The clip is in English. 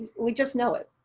we just know it.